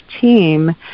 team